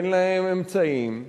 אין להם אמצעים,